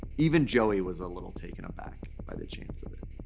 even joey was a little taken aback by the chance of it.